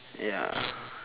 ya